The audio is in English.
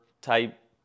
type